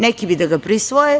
Neki bi da ga prisvoje.